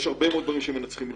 יש הרבה מאוד דברים שמנצחים מלחמות: